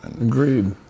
Agreed